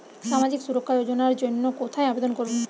সামাজিক সুরক্ষা যোজনার জন্য কোথায় আবেদন করব?